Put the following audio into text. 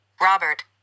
Robert